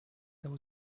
there